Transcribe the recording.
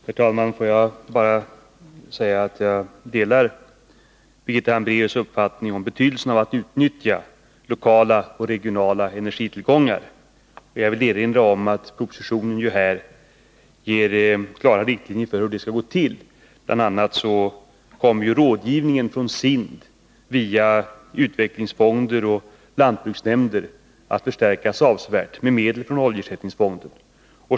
Herr talman! Låt mig bara säga att jag delar Birgitta Hambraeus uppfattning om betydelsen av att utnyttja lokala och regionala energitillgångar, och jag vill erinra om att propositionen ger klara riktlinjer för hur det skall gå till. Bl. a. kommer rådgivningen från SIND via utvecklingsfonder och lantbruksnämnder att förstärkas avsevärt med medel från oljeersättningsfonden.